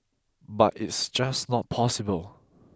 but it's just not possible